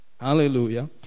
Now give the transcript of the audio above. Hallelujah